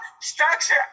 structure